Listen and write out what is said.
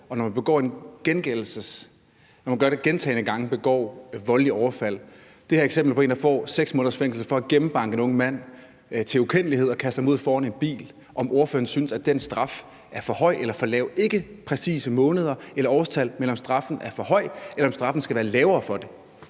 hvis man gentagne gange begår voldelige overfald. Det her er et eksempel på en, der får 6 måneders fængsel for at gennembanke en ung mand til ukendelighed og kaste ham ud foran en bil, og så spørger jeg, om ordføreren synes, at den straf er for høj eller for lav. Det handler ikke om et præcist antal måneder eller årstal, men om, om straffen er for høj, eller om straffen for det skal være lavere. Kl.